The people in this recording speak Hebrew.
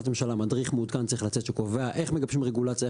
ממשלה מדריך מעודכן צריך לצאת שקובע איך מגבשים רגולציה,